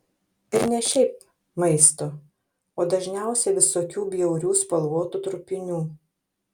ir ne šiaip maisto o dažniausiai visokių bjaurių spalvotų trupinių